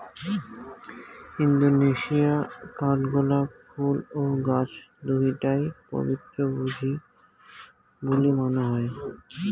Indonesia কাঠগোলাপ ফুল ও গছ দুইটায় পবিত্র বুলি মানা হই